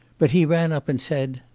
but he ran up and said,